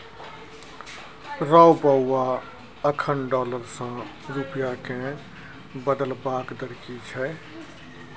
रौ बौआ अखन डॉलर सँ रूपिया केँ बदलबाक दर की छै?